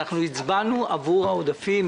הצבענו עבור העודפים,